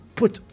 put